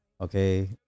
Okay